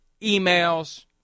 emails